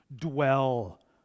dwell